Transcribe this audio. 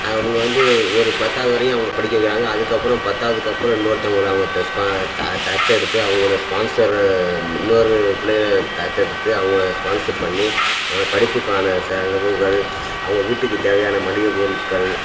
அவங்க வந்து ஒரு பத்தாவது வரையும் அவங்க படிக்க வைக்கிறாங்க அதுக்கப்புறம் பத்தாவதுக்கப்புறம் இன்னொருத்தவங்களை அவங்க ஸ்பா த தத்தெடுத்து அவங்கள ஸ்பான்சரு இன்னொரு பிள்ளைங்கள தத்தெடுத்து அவங்கள ஸ்பான்சர் பண்ணி அவங்கள படிப்புக்கான செலவுகள் அவங்க வீட்டுக்கு தேவையான மளிகைப் பொருட்கள்